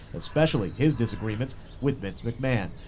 especially his disagreements with vince mcmahon.